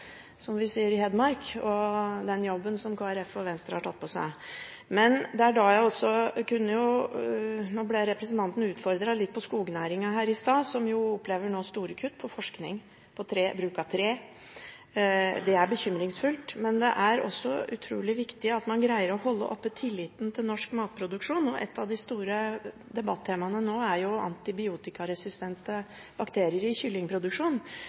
som vi sier i Hedmark, den jobben som Kristelig Folkeparti og Venstre har tatt på seg. Nå ble representanten utfordret her i stad på skognæringen, som opplever store kutt på forskning på bruk av tre. Det er bekymringsfullt. Men det er også utrolig viktig at man greier å holde oppe tilliten til norsk matproduksjon. Et av de store debattemaene nå er antibiotikaresistente bakterier i kyllingproduksjon.